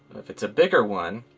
if it's a bigger one,